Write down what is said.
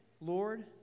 Lord